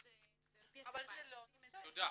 תודה.